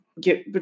get